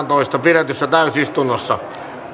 toista kaksituhattaseitsemäntoista pidetyssä täysistunnossa